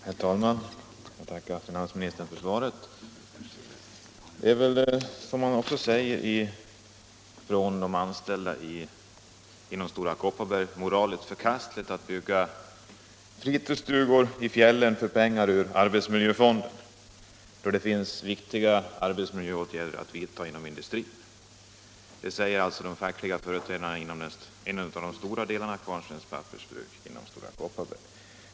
Herr talman! Jag tackar finansministern för svaret. De anställda vid Stora Kopparberg anser det moraliskt förkastligt att bygga fritidsstugor i fjällen för pengar ur arbetsmiljöfonden, eftersom det finns viktiga arbetsmiljöåtgärder att vidta inom industrin. Så säger de fackliga företrädarna vid en av de stora enheterna, nämligen Kvarnsvedens pappersbruk.